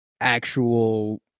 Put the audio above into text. actual